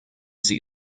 sie